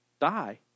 die